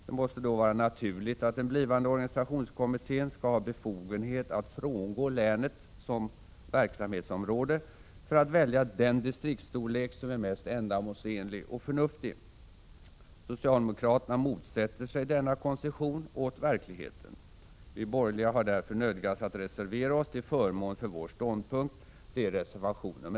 Det måste då vara naturligt att den blivande organisationskommittén har befogenhet att frångå länet som verksamhetsområde för att välja den distriktsstorlek som är mest ändamålsenlig och förnuftig. Socialdemokraterna motsätter sig denna koncession åt verkligheten. Vi borgerliga har därför nödgats reservera oss till förmån för vår ståndpunkt. Det gäller reservation 1.